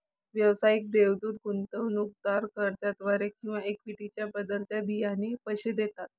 व्यावसायिक देवदूत गुंतवणूकदार कर्जाद्वारे किंवा इक्विटीच्या बदल्यात बियाणे पैसे देतात